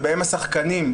ובהם השחקנים,